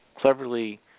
cleverly